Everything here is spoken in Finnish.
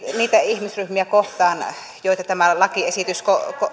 niitä ihmisryhmiä kohtaan joita tämä lakiesitys